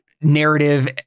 narrative